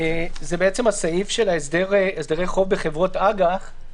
של הסדרי חוב בחברות אג"ח.